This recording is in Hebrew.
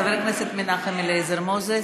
חבר הכנסת אליעזר מוזס,